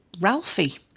Ralphie